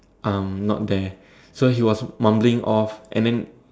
um not there so he was mumbling off and then